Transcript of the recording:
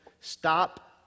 stop